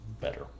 better